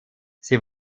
sie